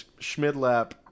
Schmidlap